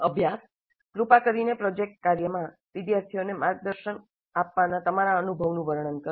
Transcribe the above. અભ્યાસ કૃપા કરીને પ્રોજેક્ટ કાર્યમાં વિદ્યાર્થીઓને માર્ગદર્શન આપવાના તમારા અનુભવનું વર્ણન કરો